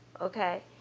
Okay